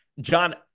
John